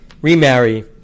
remarry